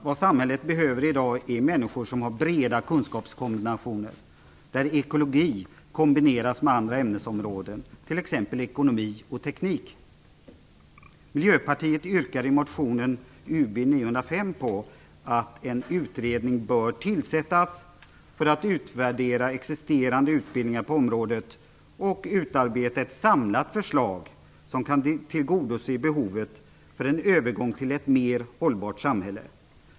Vad samhället i dag behöver är människor som har breda kunskapskombinationer, där ekologi kombineras med andra ämnesområden, t.ex. Ub905 på att en utredning bör tillsättas för att utvärdera existerande utbildningar på området och utarbeta ett samlat förslag som kan tillgodose behovet av en övergång till ett mer hållbart samhälle.